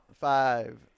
five